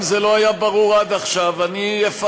אם זה לא היה ברור עד עכשיו, אני אפרט.